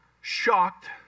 shocked